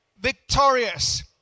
victorious